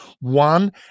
One